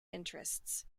interests